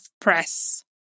press